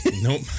Nope